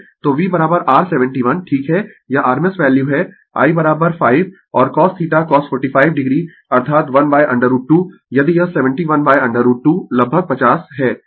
तो V r 71 ठीक है यह rms वैल्यू है I 5 और cosθcos 45 o अर्थात 1√ 2 यदि यह 71√ 2 लगभग 50 है